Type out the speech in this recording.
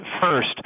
First